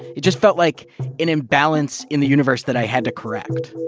it just felt like an imbalance in the universe that i had to correct.